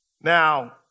Now